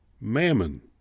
mammon